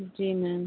जी ma'am